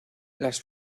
las